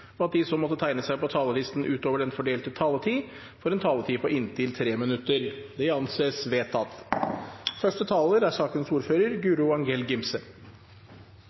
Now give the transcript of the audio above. og at de som måtte tegne seg på talerlisten utover den fordelte taletid, får en taletid på inntil 3 minutter. – Det anses vedtatt. Dette er